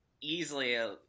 easily